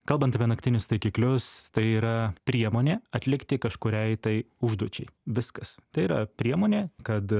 kalbant apie naktinius taikiklius tai yra priemonė atlikti kažkuriai tai užduočiai viskas tai yra priemonė kad